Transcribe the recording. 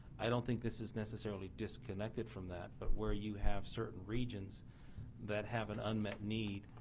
i don't think this is necessarily disconnected from that but where you have certain regions that have an unmet need.